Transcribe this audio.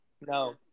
No